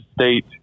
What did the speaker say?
State